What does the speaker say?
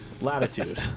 latitude